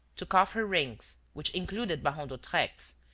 took off her rings, which included baron d'hautrec's,